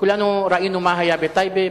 כולנו ראינו מה היה בטייבה,